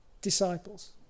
disciples